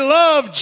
love